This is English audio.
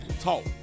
talk